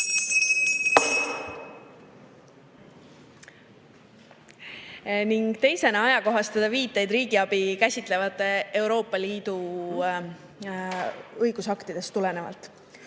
ning teiseks ajakohastada viiteid riigiabi käsitlevate Euroopa Liidu õigusaktidest